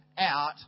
out